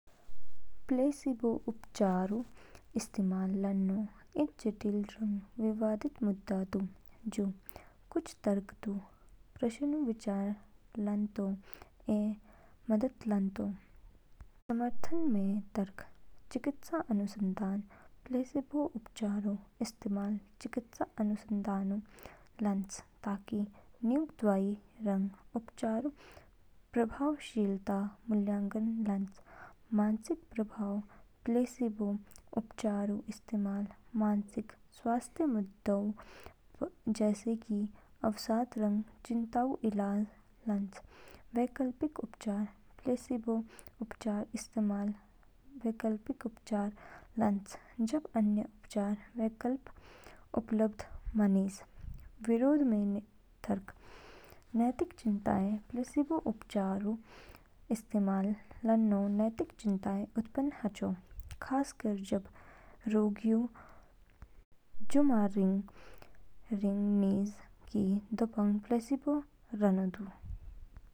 प्लेसीबो उपचारऊ इस्तेमाल लानो इद जटिल रंग विवादित मुद्दा दू। जू कुछ तर्क दू इस प्रश्नऊ विचार लानतो ऐ मदद लानतो। समर्थन में तर्क, चिकित्सा अनुसंधान प्लेसीबो उपचारऊ इस्तेमाल चिकित्सा अनुसंधानऊ लान्च ताकि न्यूग दवाई रंग उपचारऊ प्रभावशीलता मूल्यांकन लान्च। मानसिक प्रभाव प्लेसीबो उपचारऊ इस्तेमाल मानसिक स्वास्थ्यऊ मुद्दों जैसे कि अवसाद रंग चिंताऊ इलाजओ लान्च। वैकल्पिक उपचार प्लेसीबो उपचारऊ इस्तेमाल वैकल्पिक उपचारऊ लान्च जब अन्य उपचार विकल्प उपलब्ध मा निज। विरोध में तर्क, नैतिक चिंताएँ प्लेसीबो उपचारऊ इस्तेमाल लानो नैतिक चिंताएँ उत्पन्न हाचो, खासकर जब रोगीऊ जो मा रिंग रिंग निज कि दोपंग प्लेसीबो रानो दू।